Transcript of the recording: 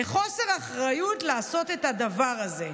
זה חוסר אחריות לעשות את הדבר הזה.